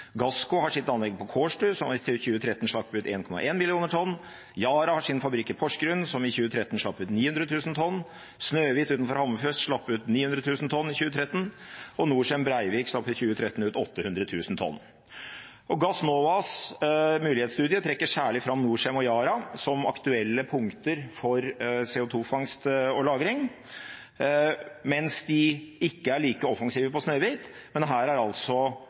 Gassco har sitt anlegg på Kårstø, som i 2013 slapp ut 1,1 millioner tonn. Yara har sin fabrikk i Porsgrunn, som i 2013 slapp ut 900 000 tonn. Snøhvit utenfor Hammerfest slapp ut 900 000 tonn i 2013. Og Norcem Brevik slapp i 2013 ut 800 000 tonn. Gassnovas mulighetsstudie trekker særlig fram Norcem og Yara som aktuelle punkter for CO2-fangst og -lagring, mens de ikke er like offensive på Snøhvit, men her er